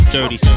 Dirty